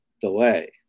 Delay